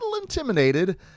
intimidated